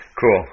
Cool